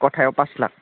खथायाव पास लाख